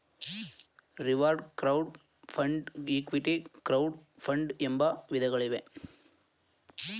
reward crowd fund, equity crowd fund ಎಂಬ ವಿಧಗಳಿವೆ